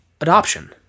adoption